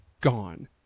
Gone